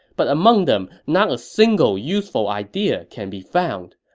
but among them not a single useful idea can be found.